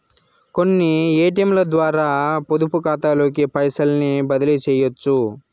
కొన్ని ఏటియంలద్వారా పొదుపుకాతాలోకి పైసల్ని బదిలీసెయ్యొచ్చు